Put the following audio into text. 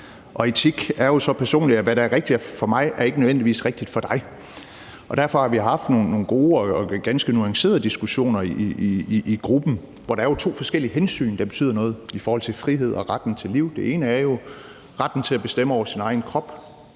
Etik er jo så personligt, at hvad der er rigtigt for mig, er ikke nødvendigvis rigtigt for dig. Derfor har vi haft nogle gode og ganske nuancerede diskussioner i gruppen. Der er jo to forskellige hensyn, der betyder noget, i forhold til frihed og retten til liv. Det ene er jo retten til at bestemme over sin egen krop,